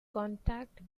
contact